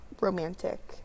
romantic